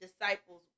disciples